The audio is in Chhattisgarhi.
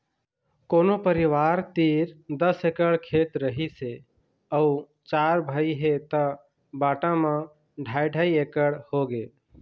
कोनो परिवार तीर दस एकड़ खेत रहिस हे अउ चार भाई हे त बांटा म ढ़ाई ढ़ाई एकड़ होगे